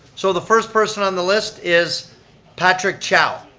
so the first person on the list is patrick chow.